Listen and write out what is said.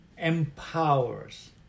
empowers